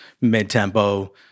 mid-tempo